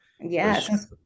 Yes